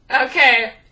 Okay